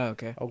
Okay